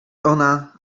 ona